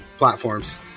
Platforms